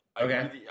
Okay